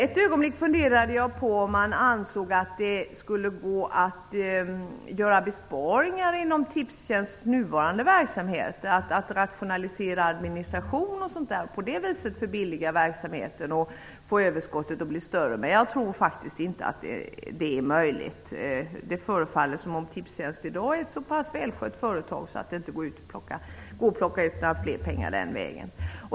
Ett ögonblick funderade jag på om man ansåg att det skulle gå att göra besparingar inom Tipstjänsts nuvarande verksamhet, att rationalisera administration och på det viset förbilliga verksamheten och få överskottet att bli större. Jag tror faktiskt inte att det är möjligt. Det förefaller som om Tipstjänst i dag är ett så väl skött företag att det inte går att plocka in mer pengar den vägen.